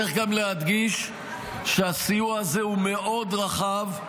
צריך גם להדגיש שהסיוע הזה הוא מאוד רחב,